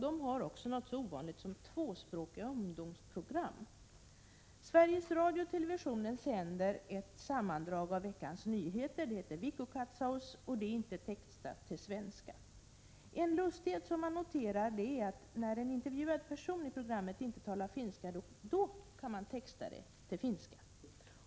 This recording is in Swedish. Den har också något så ovanligt som tvåspråkiga ungdomsprogram. Sveriges Radio och televisionen sänder ett sammandrag av veckans nyheter, Viikkokatsaus, och det är inte textat till svenska. En lustighet som jag noterat är att när en intervjuad person i programmet inte talar finska, då kan man texta det till finska.